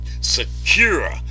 secure